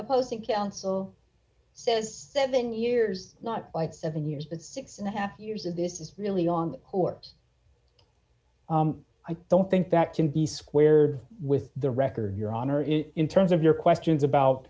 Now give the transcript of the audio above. opposing counsel says seven years not like seven years the six and a half years of this is really on or i don't think that can be squared with the record your honor is in terms of your questions about